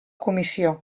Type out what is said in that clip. comissió